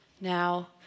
Now